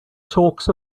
talks